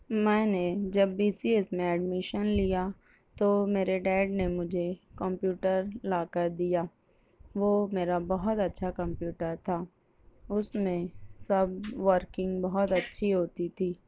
میں نے جب بی سی ایس میں ایڈمیشن لیا تو میرے ڈیڈ نے مجھے کمپیوٹر لا کر دیا وہ میرا بہت اچھا کمپیوٹر تھا اس میں سب ورکنگ بہت اچھی ہوتی تھی